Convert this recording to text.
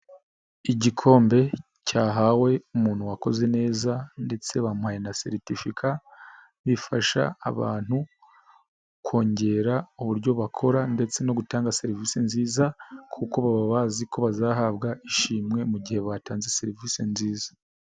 Igikombe cyahawe umuntu wakoze neza ndetse bamuhaye na seritifika, bifasha abantu kongera uburyo bakora ndetse no gutanga serivisi nziza kuko baba bazi ko bazahabwa ishimwe mu gihe batanze serivise nziza.